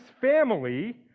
family